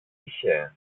είχε